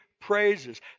Praises